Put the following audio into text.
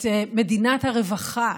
את מדינת הרווחה,